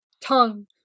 Tongue